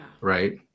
right